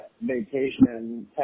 vacation